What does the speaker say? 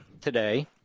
today